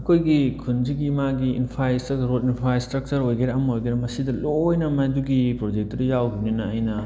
ꯑꯩꯈꯣꯏꯒꯤ ꯈꯨꯟꯁꯤꯒꯤ ꯃꯥꯒꯤ ꯏꯟꯐ꯭ꯔꯥ ꯏꯁꯇ꯭ꯔꯛꯆꯔ ꯏꯟꯐ꯭ꯔꯥ ꯏꯁꯇ꯭ꯔꯛꯆꯔ ꯑꯣꯏꯒꯦꯔꯥ ꯑꯃ ꯑꯣꯏꯒꯦꯔꯥ ꯃꯁꯤꯗ ꯂꯣꯏꯅ ꯃꯗꯨꯒꯤ ꯄ꯭ꯔꯣꯖꯦꯛꯇꯨꯗ ꯌꯥꯎꯈꯤꯕꯅꯤꯅ ꯑꯩꯅ